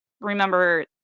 remember